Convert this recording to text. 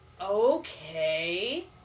okay